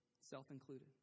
Self-included